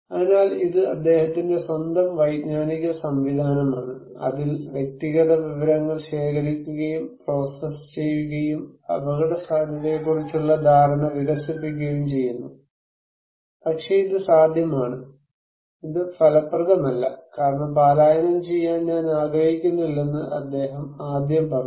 അതിനാൽ ഇത് അദ്ദേഹത്തിന്റെ സ്വന്തം വൈജ്ഞാനിക സംവിധാനമാണ് അതിൽ വ്യക്തിഗത വിവരങ്ങൾ ശേഖരിക്കുകയും പ്രോസസ്സ് ചെയ്യുകയും അപകടസാധ്യതയെക്കുറിച്ചുള്ള ധാരണ വികസിപ്പിക്കുകയും ചെയ്യുന്നു പക്ഷേ ഇത് സാധ്യമാണ് ഇത് ഫലപ്രദമല്ല കാരണം പലായനം ചെയ്യാൻ ഞാൻ ആഗ്രഹിക്കുന്നില്ലെന്ന് അദ്ദേഹം ആദ്യം പറഞ്ഞു